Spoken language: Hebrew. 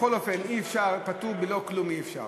בכל אופן, פטור בלא כלום אי-אפשר.